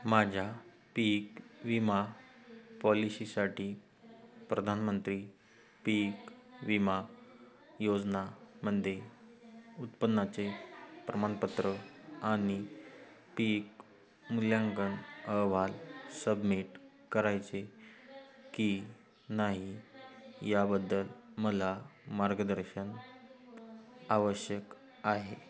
माझ्या पीक विमा पॉलिशीसाठी प्रधानमंत्री पीक विमा योजनेमध्ये उत्पन्नाचे प्रमाणपत्र आणि पीक मूल्यांकन अहवाल सबमिट करायचे की नाही याबद्दल मला मार्गदर्शन आवश्यक आहे